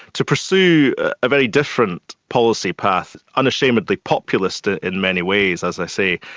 to pursue a very different policy path unashamedly populist ah in many ways, as i say,